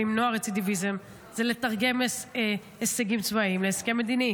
למנוע רצידיביזם זה לתרגם הישגים צבאיים להסכם מדיני.